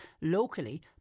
Locally